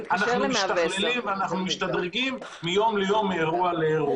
אנחנו משתכללים ומשתדרגים מיום ליום ומאירוע לאירוע.